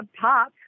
pop